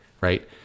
Right